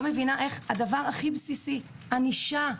מבינה מה קורה עם הדבר הכי בסיסי שנקרא ענישה.